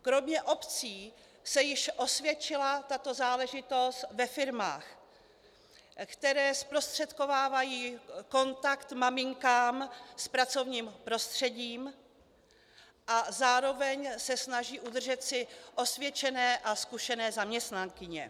Kromě obcí se již osvědčila tato záležitost ve firmách, které zprostředkovávají kontakt maminkám s pracovním prostředím a zároveň se snaží udržet si osvědčené a zkušené zaměstnankyně.